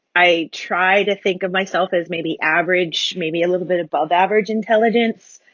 i try to think of myself as maybe average, maybe a little bit above average intelligence.